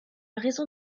raison